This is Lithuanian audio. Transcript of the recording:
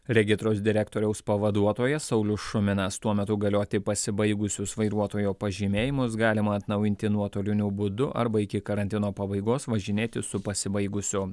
regitros direktoriaus pavaduotojas saulius šuminas tuo metu galioti pasibaigusius vairuotojo pažymėjimus galima atnaujinti nuotoliniu būdu arba iki karantino pabaigos važinėti su pasibaigusiu